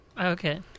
Okay